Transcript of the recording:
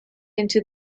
into